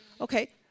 Okay